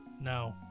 No